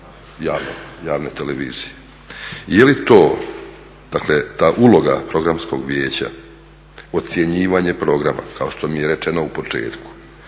javne televizije. Je li to, dakle ta uloga Programskog vijeća, ocjenjivanje programa kao što mi je rečeno u početku?